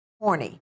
horny